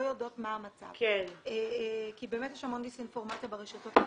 יודעות מה המצב כי באמת יש המון דיסאינפורמציה ברשתות החברתיות.